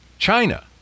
China